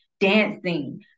dancing